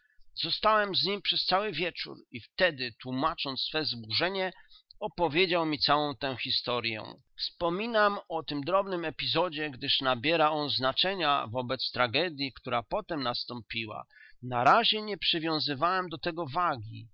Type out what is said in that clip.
zostałem z nim przez cały wieczór i wtedy tłómacząc swe wzburzenie opowiedział mi całą tę historyę wspominam o tym drobnym epizodzie gdyż nabiera on znaczenia wobec tragedyi która potem nastąpiła na razie nie przywiązywałem do tego wagi